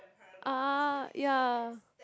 ah ya